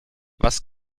was